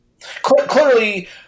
Clearly